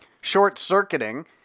short-circuiting